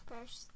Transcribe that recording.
first